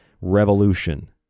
revolution